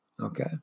okay